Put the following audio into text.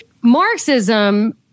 Marxism